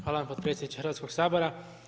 Hvala vam potpredsjedniče Hrvatskog sabora.